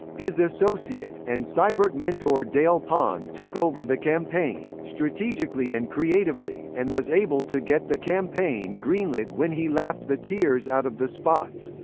his associate, and seibert mentor dale pon took over the campaign, strategically and creatively, and was able to get the campaign greenlit when he laughed the tears out of the spots.